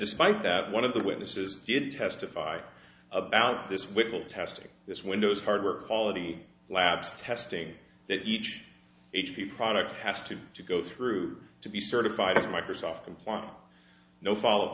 despite that one of the witnesses didn't testify about this whipple testing this windows hardware quality labs testing that each h p product has to go through to be certified as microsoft comply no follow